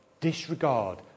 disregard